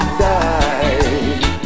die